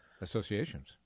associations